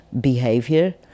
behavior